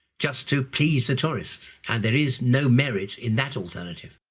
just to please the tourists and there is no merit in that alternative.